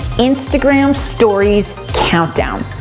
instagram stories countdown.